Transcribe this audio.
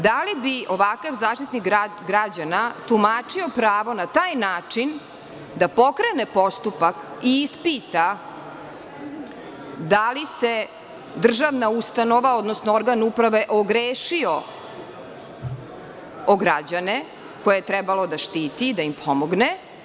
Da li bi ovakav Zaštitnik građana tumačio pravo na taj način da pokrene postupak i ispita da li se državna ustanova, odnosno organ uprave ogrešio o građane koje je trebalo da štiti, da im pomogne?